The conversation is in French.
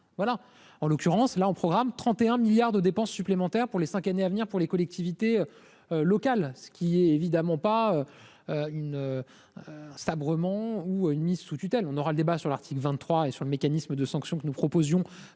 voilà, en l'occurrence là on programme 31 milliards de dépenses supplémentaires. Pour les 5 années à venir pour les collectivités locales, ce qui est évidemment pas une Bremont ou une mise sous tutelle, on aura le débat sur l'article 23 et sur le mécanisme de sanctions que nous proposions